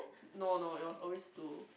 no no it was always two